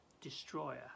destroyer